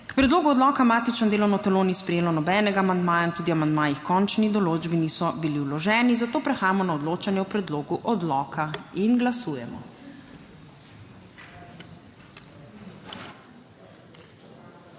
K predlogu odloka matično delovno telo ni sprejelo nobenega amandmaja in tudi amandmaji h končni določbi niso bili vloženi, zato prehajamo na odločanje o predlogu odloka. Glasujemo.